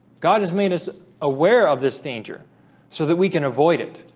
god has made us aware of this danger so that we can avoid it